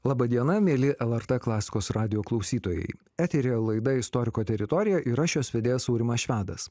laba diena mieli lrt klasikos radijo klausytojai eteryje laida istoriko teritorija ir aš jos vedėjas aurimas švedas